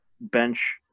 bench